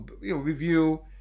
review